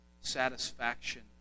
satisfaction